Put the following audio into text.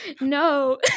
no